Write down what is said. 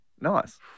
Nice